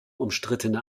umstrittene